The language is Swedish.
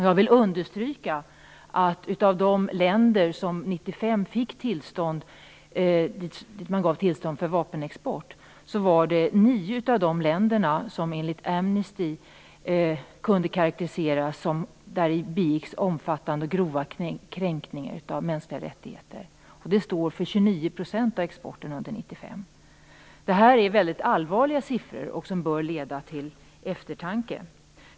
Jag vill understryka att nio av de länder som det 1995 gavs tillstånd att exportera vapen till enligt Amnesty International kunde karakteriseras som länder där det begicks omfattande och grova kränkningar av mänskliga rättigheter. Det står för 29 % av exporten under 1995. Detta är mycket allvarliga siffror som bör leda till eftertanke.